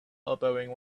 elbowing